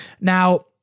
Now